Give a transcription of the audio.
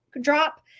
drop